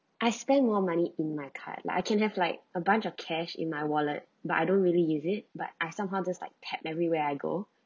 I spend more money in my card like I can have like a bunch of cash in my wallet but I don't really use it but I somehow just like tap everywhere I go